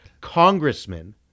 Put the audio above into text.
congressman